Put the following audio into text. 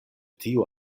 tiu